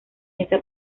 esa